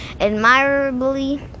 admirably